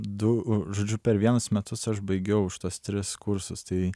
du žodžiu per vienus metus aš baigiau šituos tris kursus tai